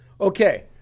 Okay